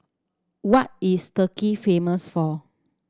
what is Turkey famous for